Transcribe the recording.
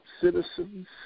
citizens